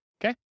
Okay